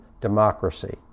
democracy